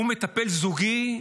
הוא מטפל זוגי מעולה.